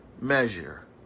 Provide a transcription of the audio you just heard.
measure